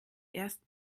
erst